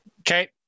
Okay